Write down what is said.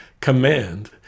command